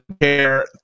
care